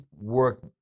work